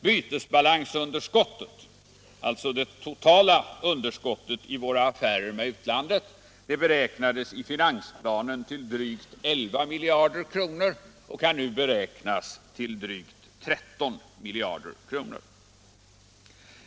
Bytesbalansunderskottet, alltså det totala underskottet i våra affärer med utlandet, beräknades i finansplanen till drygt 11 miljarder kronor och kan nu beräknas till drygt 13 miljarder.